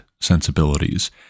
sensibilities